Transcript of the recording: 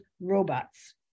robots